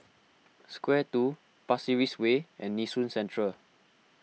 Square two Pasir Ris Way and Nee Soon Central